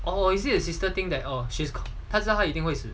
or is it the sister think that hor 她自己会死